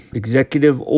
executive